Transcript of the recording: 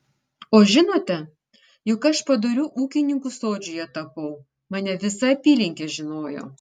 o žinote juk aš padoriu ūkininku sodžiuje tapau mane visa apylinkė žinojo